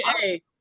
hey